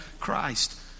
Christ